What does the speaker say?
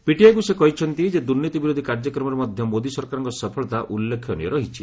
ପିଟିଆଇକୁ ସେ କହିଛନ୍ତି ଯେ ଦୁର୍ନୀତି ବିରୋଧୀ କାର୍ଯ୍ୟକ୍ରମରେ ମଧ୍ୟ ମୋଦି ସରକାରଙ୍କ ସଫଳତା ଉଲ୍ଲେଖନୀୟ ରହିଛି